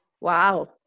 Wow